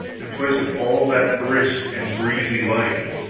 in place of all that brisk and breezy life.